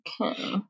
Okay